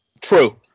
True